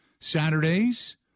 Saturdays